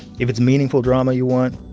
if it's meaningful drama you want,